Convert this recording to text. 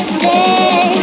say